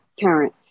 parent